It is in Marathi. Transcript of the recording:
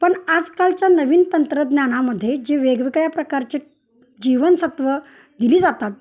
पण आजकालच्या नवीन तंत्रज्ञानामध्ये जे वेगवेगळ्या प्रकारचे जीवनसत्त्व दिली जातात